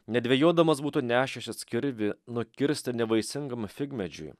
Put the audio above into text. nedvejodamas būtų nešęšis kirvį nukirsti nevaisingam figmedžiui